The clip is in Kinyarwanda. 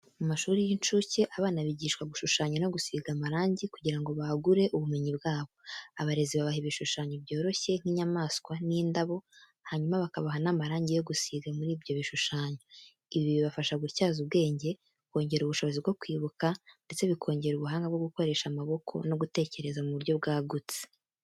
Mu mashuri y'inshuke, abana bigishwa gushushanya no gusiga amarangi kugira ngo bagure ubumenyi bwabo. Abarezi babaha ibishushanyo byoroshye nk'inyamaswa n'indabo hanyuma bakabaha n'amarangi yo gusiga muri ibyo bishushanyo. Ibi bibafasha gutyaza ubwenge, kongera ubushobozi bwo kwibuka, ndetse bikongera ubuhanga bwo gukoresha amaboko no gutekereza mu buryo bwagutse.